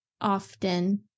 often